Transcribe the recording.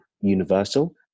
universal